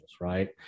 right